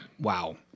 Wow